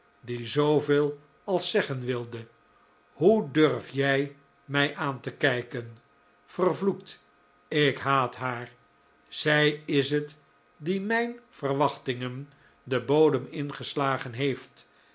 die zooveel als zeggen wilde hoe durf jij mij aan te kijken vervloekt ik haat haar zij is het die mijn verwachtingen den bodem ingeslagen heeft